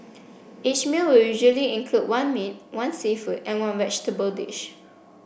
each meal will usually include one meat one seafood and one vegetable dish